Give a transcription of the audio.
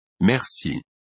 merci